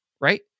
right